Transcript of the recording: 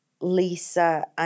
Lisa